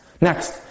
Next